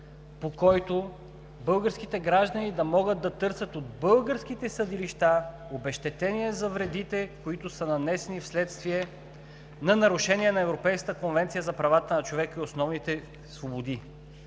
по който българските граждани да могат да търсят от българските съдилища обезщетение за вредите, които са им нанесени вследствие на нарушения на Европейската конвенция за правата на човека и основните свободи.